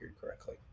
correctly